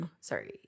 Sorry